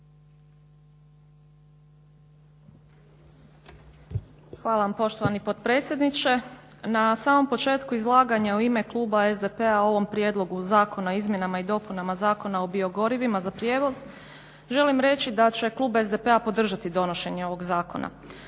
Hvala vam poštovani potpredsjedniče. Na samom početku izlaganja u ime kluba SDP-a o ovom prijedlogu zakona o izmjenama i dopunama Zakona o biogorivima za prijevoz želim reći da će klub SDP-a podržati donošenje ovog zakona.